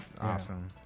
awesome